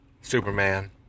Superman